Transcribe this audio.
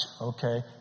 okay